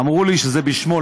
אמרו לי שזה בשמו,